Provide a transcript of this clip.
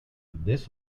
this